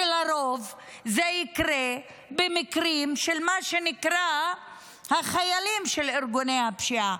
שלרוב זה ייקרה במקרים של מה שנקרא החיילים של ארגוני הפשיעה,